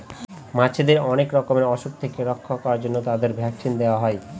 মাছেদের অনেক রকমের অসুখ থেকে রক্ষা করার জন্য তাদের ভ্যাকসিন দেওয়া হয়